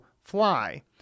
Fly